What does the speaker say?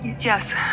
Yes